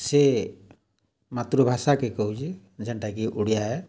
ସେ ମାତୃଭାଷାକେ କହୁଚେ ଯେନ୍ଟାକି ଓଡ଼ିଆ ଏ